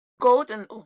Golden